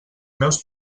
meus